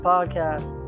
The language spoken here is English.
Podcast